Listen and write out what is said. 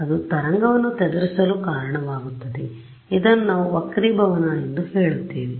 ಅದು ತರಂಗವನ್ನು ಚದುರಿಸಲು ಕಾರಣವಾಗುತ್ತದೆ ಅಥವಾ ಇದನ್ನು ನಾವು ವಕ್ರೀಭವನ ಎಂದು ಹೇಳುತ್ತೇವೆ